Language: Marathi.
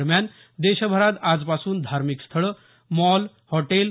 दरम्यान देशभरात आजपासून धार्मिक स्थळं मॉल्स हॉटेल्स